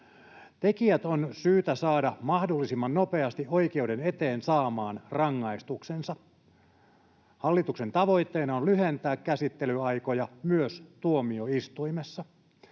Tekijät on syytä saada mahdollisimman nopeasti oikeuden eteen saamaan rangaistuksensa. Hallituksen tavoitteena on lyhentää käsittelyaikoja myös tuomioistuimessa.